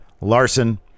Larson